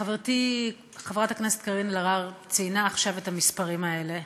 חברתי חברת הכנסת קארין אלהרר ציינה עכשיו את המספרים האלה.